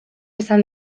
esan